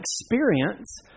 experience